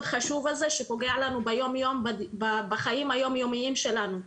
חשוב הזה שפוגע לנו ביום יום בחיים היום יומיים שלנו.